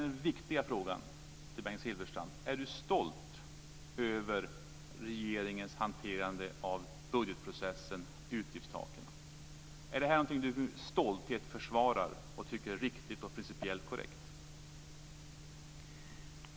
Den viktiga frågan till Bengt Silfverstrand är om han är stolt över regeringens hanterande av budgetprocessen och utgiftstaken. Är det här någonting som Bengt Silfverstrand med stolthet försvarar och tycker är riktigt och principiellt korrekt?